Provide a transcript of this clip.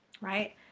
right